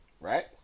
right